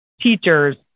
teachers